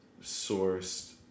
sourced